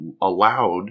allowed